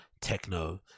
techno